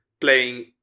playing